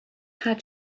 had